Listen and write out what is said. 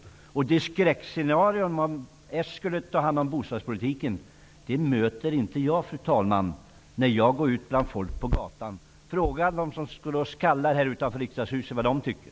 Det skräckscenario som målas upp ifall socialdemokraterna skulle ta hand om bostadspolitiken känner jag inte igen när jag går ut bland folk på gatan. Fråga dem som står och skallar här utanför Riksdagshuset vad de tycker!